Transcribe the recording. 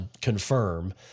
confirm